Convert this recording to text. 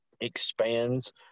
expands